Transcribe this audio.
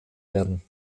werden